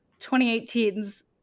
2018's